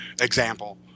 example